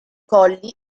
colli